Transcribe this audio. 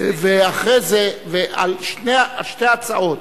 ואחרי זה על שתי ההצעות,